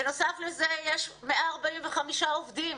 בנוסף, יש 145 עובדים